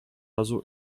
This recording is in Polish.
razu